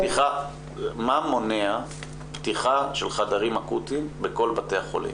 מה מונע פתיחה של חדרים אקוטיים בכל בתי החולים?